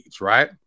right